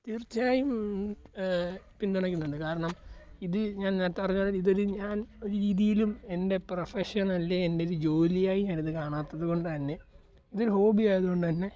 തീർച്ചയായും പിന്തുണയ്ക്കുന്നുണ്ട് കാരണം ഇത് ഞാൻ നേരത്തെപറഞ്ഞതു പോലെ ഇതിൽ ഞാൻ ഒരു രീതിയിലും എൻ്റെ പ്രൊഫെഷണലെ എൻ്റെ ഒരു ജോലിയായി ഞാനിത് കാണാത്തതുകൊണ്ട് തന്നെ ഇത് ഹോബി ആയതു കൊണ്ടു തന്നെ